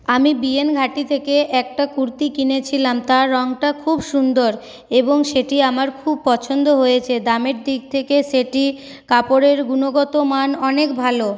আমি বিএন ঘাঁটি থেকে একটা কুর্তি কিনেছিলাম তার রঙটা খুব সুন্দর এবং সেটি আমার খুব পছন্দ হয়েছে দামের দিক থেকে সেটি কাপড়ের গুনগত মান অনেক ভালো